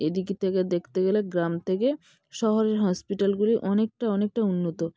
এদিক থেকে দেখতে গেলে গ্রাম থেকে শহরের হসপিটালগুলি অনেকটা অনেকটা উন্নত